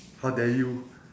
how dare you